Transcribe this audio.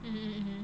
mmhmm mmhmm